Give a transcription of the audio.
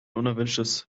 unerwünschtes